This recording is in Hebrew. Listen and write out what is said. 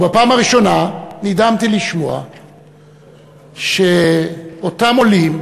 ובפעם הראשונה נדהמתי לשמוע שאותם עולים,